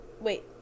wait